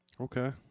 Okay